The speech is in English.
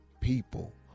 people